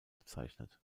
bezeichnet